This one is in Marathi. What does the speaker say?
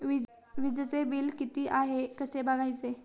वीजचे बिल किती आहे कसे बघायचे?